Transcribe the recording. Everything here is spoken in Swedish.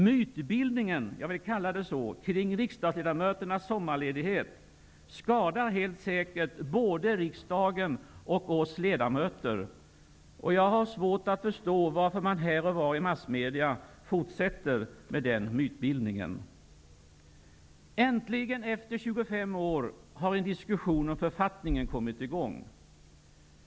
Mytbildningen -- jag vill kalla det så -- kring riksdagsledamöternas sommarledighet skadar helt säkert både riksdagen och oss ledamöter. Jag har svårt att förstå varför man här och var i massmedia fortsätter med mytbildningen. Äntligen, efter 25 år, har en diskussion om författningen kommit i gång.